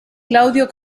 claudio